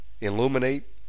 illuminate